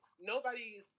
Nobody's